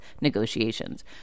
negotiations